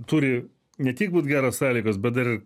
turi ne tik būt geros sąlygos bet dar